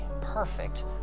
perfect